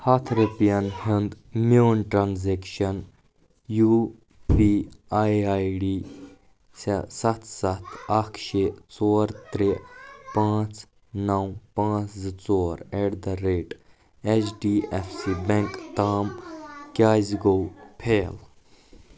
ہَتھ رۄپِیَن ہُنٛد میون transaction U P I I D سَتھ سَتھ اکھ شیٚے ژور ترٛےٚ پانٛژھ نو پانٛژھ زٕ ژور at the rate H D F C bank تام کیٛازِ گوٚو فیل ؟